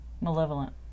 Malevolent